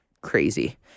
crazy